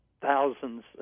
thousands